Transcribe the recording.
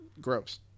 gross